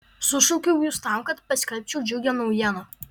sušaukiau jus tam kad paskelbčiau džiugią naujieną